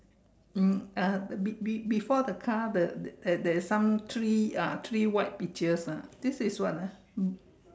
um uh be~ be~ before the car the there there there is some three uh white pictures ah this is what ah